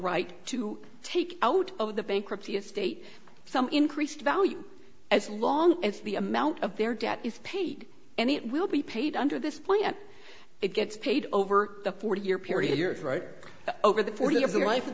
right to take out of the bankruptcy estate some increased value as long as the amount of their debt is paid and it will be paid under this plan it gets paid over the forty year period years right over the four years the life of